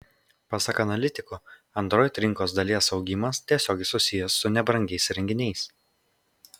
pasak analitikų android rinkos dalies augimas tiesiogiai susijęs su nebrangiais įrenginiais